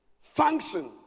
function